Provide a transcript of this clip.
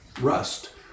Rust